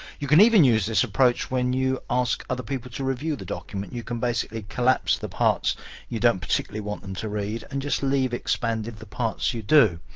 you can even use this approach when you ask other people to review the document. you can basically collapse the parts you don't particularly want them to read and just leave expanded the parts you do.